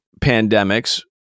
pandemics